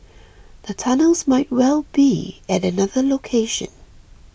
the tunnels might well be at another location